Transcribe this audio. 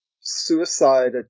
suicide